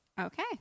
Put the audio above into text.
Okay